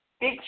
big